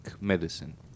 medicine